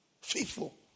Faithful